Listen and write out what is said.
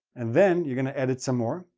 and then you're going to edit some more,